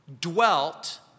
Dwelt